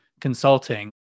consulting